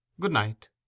Good-night